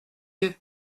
yeux